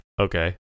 Okay